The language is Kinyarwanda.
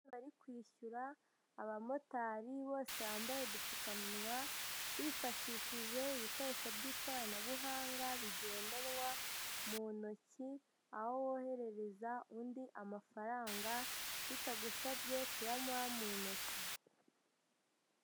Bari kwishyura abamotari bose bambaye udupfukamunwa, bifashishije ibikoresho by'ikoranabuhanga bigendanwa mu ntoki, aho woherereza undi amafaranga bitagusabye kuyayamuha mu ntoki.